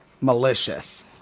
malicious